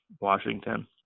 Washington